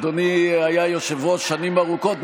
אדוני היה יושב-ראש שנים ארוכות,